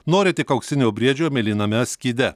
nori tik auksinio briedžio mėlyname skyde